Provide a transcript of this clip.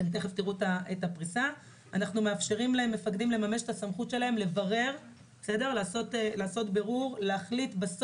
אנחנו מאפשרים למפקדים לממש את הסמכות שלהם לברר ובסוף להחליט אם